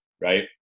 right